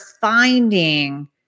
finding